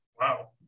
Wow